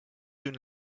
soon